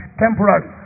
temporary